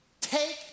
take